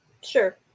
Sure